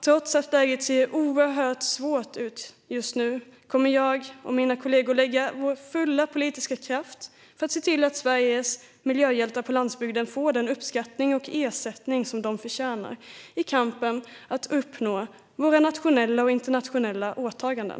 Trots att läget ser oerhört svårt ut just nu kommer jag och mina kollegor att lägga vår fulla politiska kraft på att se till att Sveriges miljöhjältar på landsbygden får den uppskattning och ersättning som de förtjänar i kampen om att uppnå våra nationella och internationella åtaganden.